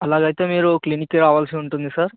అలాగైతే మీరు క్లినిక్కి రావాల్సి ఉంటుంది సార్